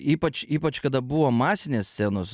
ypač ypač kada buvo masinės scenos